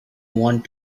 want